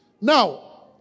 Now